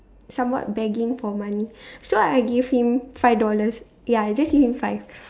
somewhat begging for money so I gave him five dollars ya I just gave him five